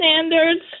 standards